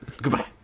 Goodbye